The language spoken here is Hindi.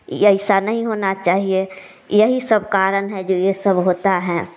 ये ऐसा नहीं होना चाहिए यही सब कारण है जो यह सब होता है